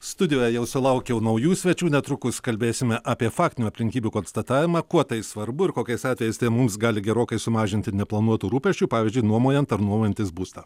studijoje jau sulaukiau naujų svečių netrukus kalbėsime apie faktinių aplinkybių konstatavimą kuo tai svarbu ir kokiais atvejais tai mums gali gerokai sumažinti neplanuotų rūpesčių pavyzdžiui nuomojant ar nuomojantis būstą